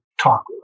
talk